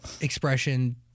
expression